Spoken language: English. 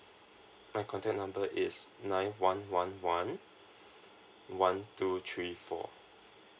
my contact number is nine one one one one two three four